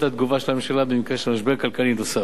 התגובה של הממשלה במקרה של משבר כלכלי נוסף.